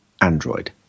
Android